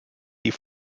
die